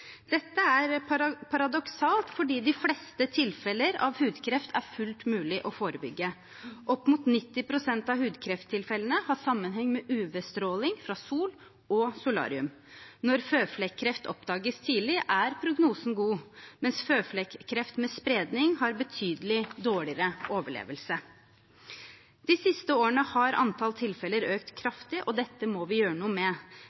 Dette er paradoksalt, fordi de fleste tilfeller av hudkreft er fullt mulig å forebygge. Opp mot 90 pst. av hudkrefttilfellene har sammenheng med UV-stråling fra sol og solarium. Når føflekkreft oppdages tidlig, er prognosen god, mens føflekkreft med spredning gir betydelig dårligere mulighet for overlevelse. De siste årene har antall tilfeller økt kraftig, og dette må vi gjøre noe med.